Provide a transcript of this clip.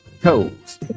toes